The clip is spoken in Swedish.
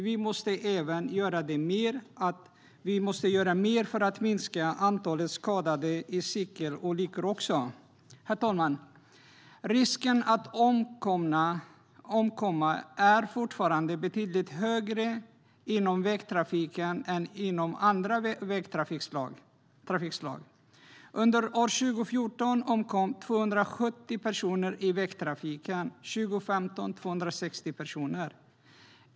Vi måste också göra mer för att minska antalet skadade i cykelolyckor. Herr talman! Risken att omkomma är fortfarande betydligt högre inom vägtrafiken än inom andra trafikslag. Under 2014 omkom 270 personer i vägtrafiken, och 2015 omkom 260 personer.